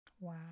Wow